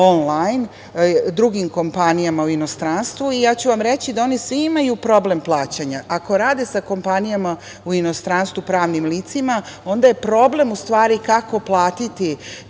onlajn drugim kompanijama u inostranstvu i ja ću vam reći da svi oni imaju problem plaćanja. Ako rade sa kompanijama u inostranstvu, pravnim licima, onda je problem kako platiti